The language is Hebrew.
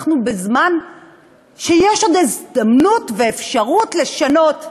אנחנו בזמן שעוד יש הזדמנות ואפשרות לשנות.